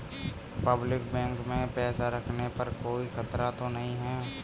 Public bank में पैसा रखने पर कोई खतरा तो नहीं है?